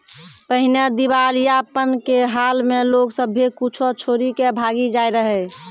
पहिने दिबालियापन के हाल मे लोग सभ्भे कुछो छोरी के भागी जाय रहै